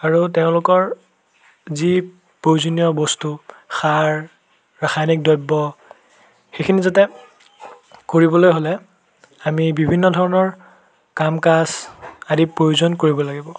আৰু তেওঁলোকৰ যি প্ৰয়োজনীয় বস্তু সাৰ ৰাসায়নিক দ্ৰব্য সেইখিনি যাতে কৰিবলৈ হ'লে আমি বিভিন্ন ধৰণৰ কাম কাজ আদি প্ৰয়োজন কৰিব লাগিব